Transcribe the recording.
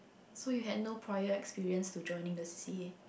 so you had no prior experience to join in the c_c_a